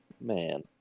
Man